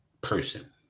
person